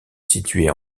situait